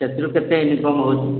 ସେଥିରୁ କେତେ ଇନ୍କମ୍ ହେଉଛି